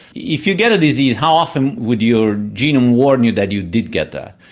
if you get a disease how often would your genome warn you that you did get that?